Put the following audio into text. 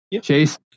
Chase